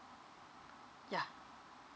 ya